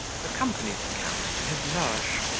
accompanied the count to his loge,